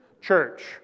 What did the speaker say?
Church